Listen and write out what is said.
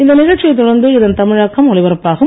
இந்த நிகழ்ச்சியைத் தொடர்ந்து இதன் தமிழாக்கம் ஒலிபரப்பாகும்